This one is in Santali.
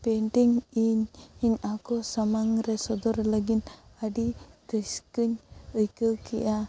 ᱯᱮᱱᱴᱤᱝ ᱤᱧ ᱤᱧ ᱟᱠᱚ ᱥᱟᱢᱟᱝᱨᱮ ᱥᱚᱫᱚᱨ ᱞᱟᱹᱜᱤᱱ ᱟᱰᱤ ᱨᱟᱹᱥᱠᱟᱹᱧ ᱟᱹᱭᱠᱟᱹᱣ ᱠᱮᱫᱼᱟ